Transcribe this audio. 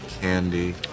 Candy